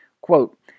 Quote